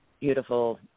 beautiful